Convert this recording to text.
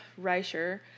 Reicher